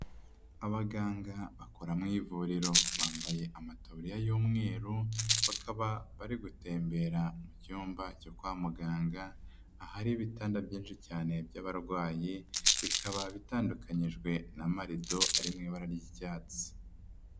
Abaganga bakora mu ivuriro bambaye amataburiya y'umweru. Bakaba bari gutembera mu cyumba cyo kwa muganga, ahari ibitanda byinshi cyane by'abarwayi. Bikaba bitandukanyijwe na marido ari mu ibara ry'icyatsi.